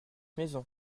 maison